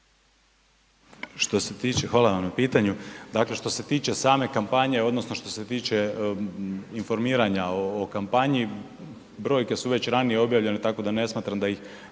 Josip** Hvala vam na pitanju. Dakle što se tiče same kampanje, odnosno što se tiče informiranja o kampanji, brojke su već ranije objavljene tako da ne smatram da ih